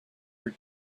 were